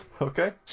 okay